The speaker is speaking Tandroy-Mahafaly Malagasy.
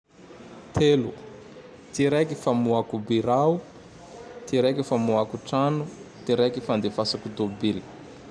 Telo: Ty raiky famohako birao, ty raiky famoako trano, ty raiky fandefasako tôbily.